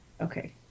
Okay